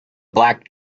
black